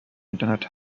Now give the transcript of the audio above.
internet